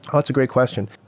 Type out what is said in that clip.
that's a great question.